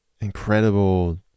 incredible